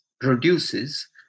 produces